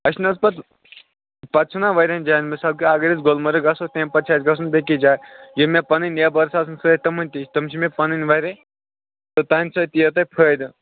اَسہِ چھِنہٕ حظ پتہ پتہٕ چھِنہٕ واریاہَن جایَن مِثال کے اگر أسۍ گُلمرگ گژھو تَمہِ پتہٕ چھِ اَسہِ گژھُن بیٚیِس جایہِ یِم مےٚ پَنٕنۍ نیبٲرٕس آسان سۭتۍ تِمَن تہِ چھُ تِم چھِ مےٚ پَنٕنۍ واریاہ تہٕ تِمہٕ سۭتۍ یِیَو تۄہہِ فٲیِدٕ